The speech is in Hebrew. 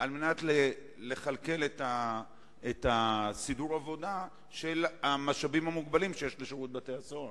כדי לכלכל את סידור העבודה במשאבים המוגבלים שיש לשירות בתי-הסוהר.